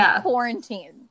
quarantine